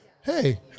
hey